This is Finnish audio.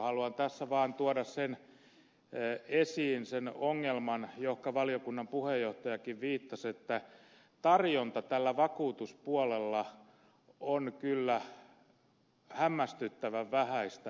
haluan tässä vaan tuoda esiin sen ongelman johon valiokunnan puheenjohtajakin viittasi että tarjonta tällä vakuutuspuolella on kyllä hämmästyttävän vähäistä